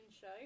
Show